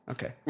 Okay